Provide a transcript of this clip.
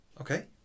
Okay